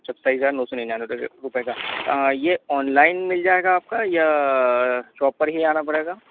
सत्ताईस हज़ार नौ सौ निन्यानवे रुपए का ये ऑनलाइन मिल जाएगा आपका या शॉप पर ही आना पड़ेगा